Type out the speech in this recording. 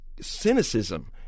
cynicism